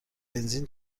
بنزین